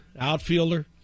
outfielder